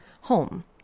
home